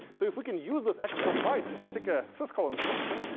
so if we can use this extra byte to stick a sys call instruction,